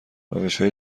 روشهای